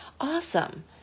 Awesome